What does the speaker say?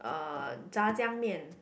uh Jia-Jiang-Mian